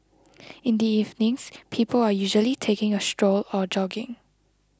in the evenings people are usually taking a stroll or jogging